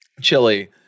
Chili